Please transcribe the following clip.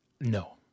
no